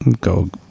go